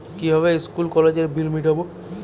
কিভাবে স্কুল কলেজের বিল মিটাব?